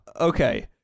Okay